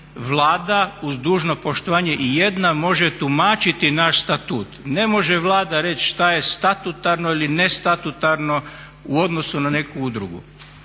Vlada uz dužno poštovanje i jedna može tumačiti naš statut. Ne može Vlada reći šta je statutarno ili nestatutarno u odnosu na nekakvu udrugu.